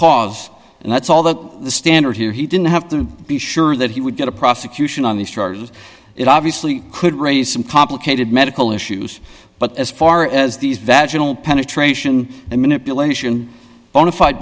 cause and that's all that the standard here he didn't have to be sure that he would get a prosecution on these charges it obviously could raise some complicated medical issues but as far as these vachel penetration and manipulation bonafide